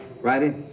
Righty